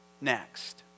next